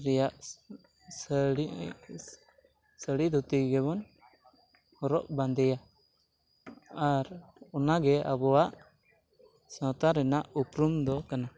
ᱨᱮᱭᱟᱜ ᱥᱟᱹᱲᱤ ᱥᱟᱹᱲᱤ ᱫᱷᱩᱛᱤ ᱜᱮᱵᱚᱱ ᱦᱚᱨᱚᱜ ᱵᱟᱸᱫᱮᱭᱟ ᱟᱨ ᱚᱱᱟᱜᱮ ᱟᱵᱚᱣᱟᱜ ᱥᱟᱶᱛᱟ ᱨᱮᱱᱟᱜ ᱩᱯᱨᱩᱢ ᱫᱚ ᱠᱟᱱᱟ